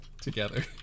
together